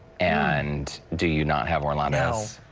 and do you not have orlando's?